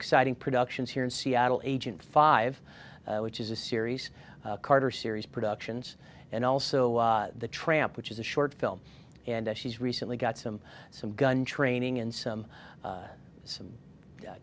exciting productions here in seattle agent five which is a series carter series productions and also the tramp which is a short film and she's recently got some some gun training and some some